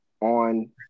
on